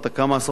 כמה עשרות,